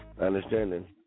understanding